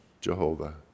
Jehovah